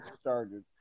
started